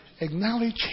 Acknowledge